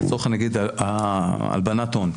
לצורך נגיד הלבנת הון?